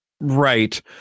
Right